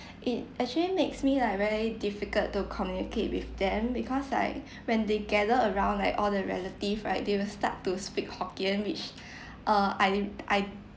it actually makes me like very difficult to communicate with them because like when they gather around like all the relative right they will start to speak hokkien which uh I I